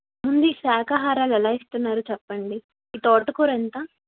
ముందు ఈ శాకాహారాలు ఎలా ఇస్తున్నారు చెప్పండి ఈ తోటకూర ఎంత